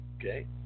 okay